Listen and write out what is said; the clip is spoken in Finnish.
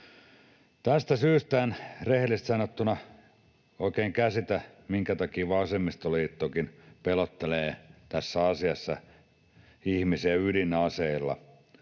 Tästä syystä en rehellisesti sanottuna oikein käsitä, minkä takia vasemmistoliittokin pelottelee tässä asiassa ihmisiä ydinaseilla.